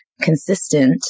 consistent